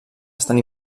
estan